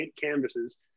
canvases